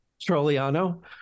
Trolliano